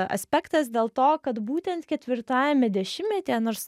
aspektas dėl to kad būtent ketvirtajame dešimtmetyje nors